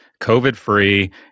COVID-free